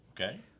Okay